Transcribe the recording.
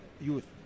youth